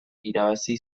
irabazi